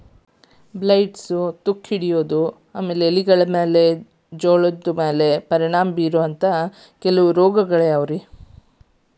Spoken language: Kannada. ಬ್ಲೈಟ್ಸ್, ತುಕ್ಕುಗಳು ಮತ್ತು ಎಲೆಗಳ ಚುಕ್ಕೆಗಳು ಜೋಳದ ಮ್ಯಾಲೆ ಪರಿಣಾಮ ಬೇರೋ ಕೆಲವ ರೋಗಗಳಾಗ್ಯಾವ